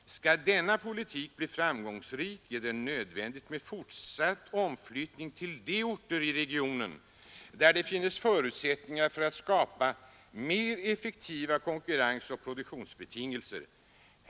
Skall denna politik bli framgångsrik är det nödvändigt med fortsatt omflyttning till de orter inom regionerna där det finns förutsättningar för att skapa mer effektiva konkurrensoch produktionsbetingelser.